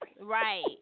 Right